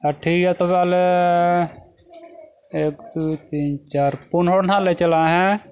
ᱟᱪᱪᱷᱟ ᱴᱷᱤᱠ ᱜᱮᱭᱟ ᱟᱞᱮ ᱮᱠ ᱫᱩᱭ ᱛᱤᱱ ᱪᱟᱨ ᱯᱩᱱ ᱦᱚᱲ ᱱᱟᱜ ᱞᱮ ᱪᱟᱞᱟᱜ ᱦᱮᱸ